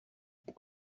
που